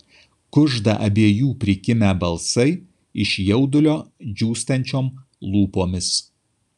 kužda abiejų prikimę balsai iš jaudulio džiūstančiom lūpomis